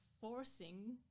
forcing